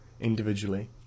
individually